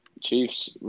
Chiefs